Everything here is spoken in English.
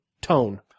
tone